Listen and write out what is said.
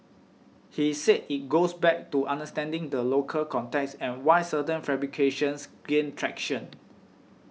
he said it goes back to understanding the local context and why certain fabrications gain traction